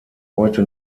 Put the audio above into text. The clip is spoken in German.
heute